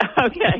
Okay